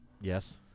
Yes